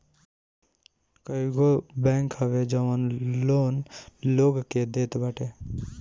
कईगो बैंक हवे जवन लोन लोग के देत बाटे